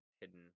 hidden